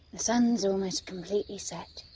sun's almost completely set.